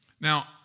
Now